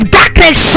darkness